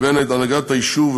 לבין הנהגת היישוב,